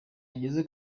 ageze